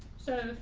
so,